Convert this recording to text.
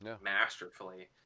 masterfully